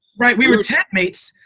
right, we were tent-mates.